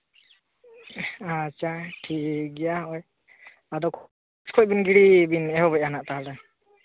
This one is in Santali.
ᱟᱪᱷᱟ ᱴᱷᱤᱠ ᱜᱮᱭᱟ ᱱᱚᱜᱼᱚᱭ ᱟᱫᱚ ᱛᱤᱥ ᱠᱷᱚᱱ ᱵᱤᱱ ᱜᱤᱲᱤ ᱵᱤᱱ ᱮᱦᱚᱵᱮᱫᱼᱟ ᱛᱟᱦᱚᱞᱮ